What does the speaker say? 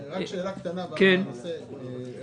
רק שאלה קטנה ליועצת המשפטית.